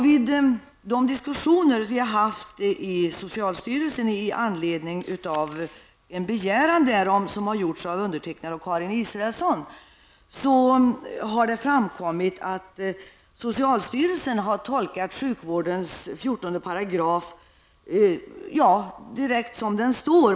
Vid de diskussioner vi har haft i socialstyrelsen i anledning av en begäran av mig och Karin Israelsson har det framkommit att socialstyrelsen har tolkat sjukvårdens 14 § direkt efter ordalydelsen.